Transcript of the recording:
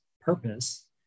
purpose